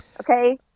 Okay